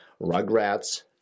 Rugrats